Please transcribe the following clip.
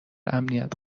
امنیت